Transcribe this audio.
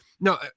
No